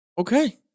Okay